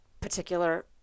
particular